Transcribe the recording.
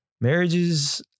marriages